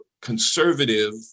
conservative